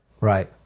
Right